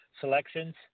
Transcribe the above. selections